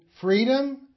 freedom